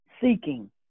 seeking